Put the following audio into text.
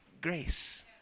grace